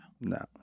No